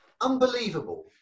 Unbelievable